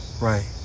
Right